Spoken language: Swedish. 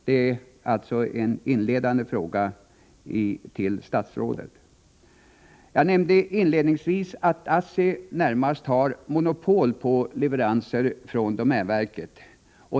Det ar en inledande fråga till statsrådet. Jag nämnde inledningsvis att ASSI närmast har monopol på leveranser från domänverket.